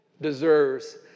deserves